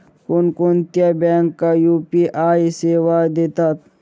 कोणकोणत्या बँका यू.पी.आय सेवा देतात?